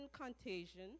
Contagion